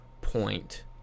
point